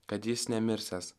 kad jis nemirsiąs